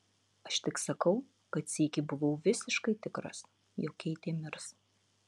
aš tik sakau kad sykį buvau visiškai tikras jog keitė mirs